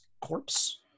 corpse